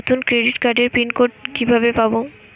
নতুন ক্রেডিট কার্ডের pin code কিভাবে পাব?